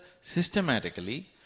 systematically